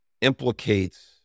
implicates